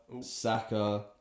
Saka